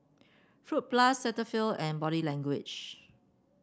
Fruit Plus Cetaphil and Body Language